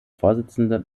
vorsitzende